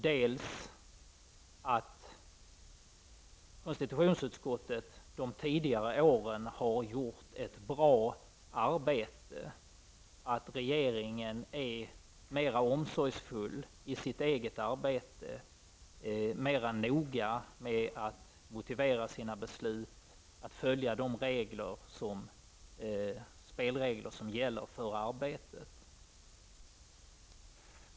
Man kan se det som att konstitutionsutskottet under de tidigare åren har gjort ett bra arbete och att regeringen är mer omsorgsfull i sitt eget arbete och mer noga med att motivera sina beslut och följa de spelregler som gäller för arbetet.